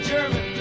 German